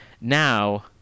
Now